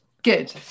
Good